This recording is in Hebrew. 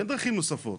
אין דרכים נוספות.